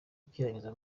akirangiza